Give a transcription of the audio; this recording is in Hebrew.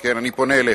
כן, אני פונה אליך.